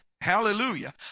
Hallelujah